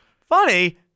Funny